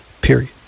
period